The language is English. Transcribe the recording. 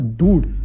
dude